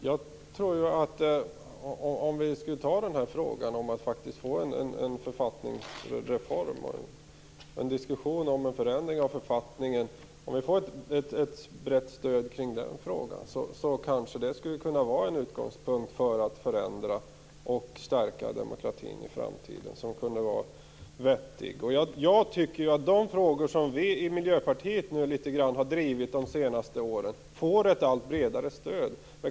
Herr talman! När det gäller detta med en författningsreform skulle vi kanske ta en diskussion om en förändring av författningen. Om vi får ett brett stöd i den frågan kunde det kanske vara en vettig utgångspunkt för att förändra och stärka demokratin i framtiden. Jag upplever att de frågor som vi i Miljöpartiet litet grand har drivit under de senaste åren nu får ett allt bredare stöd.